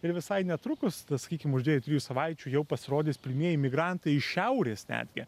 ir visai netrukus na sakykim už dviejų trijų savaičių jau pasirodys pirmieji migrantai iš šiaurės netgi